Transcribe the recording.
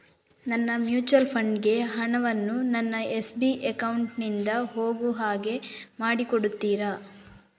ನನ್ನ mutual fund ಗೆ ಹಣ ವನ್ನು ನನ್ನ ಎಸ್.ಬಿ ಅಕೌಂಟ್ ನಿಂದ ಹೋಗು ಹಾಗೆ ಮಾಡಿಕೊಡುತ್ತೀರಾ?